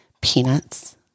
peanuts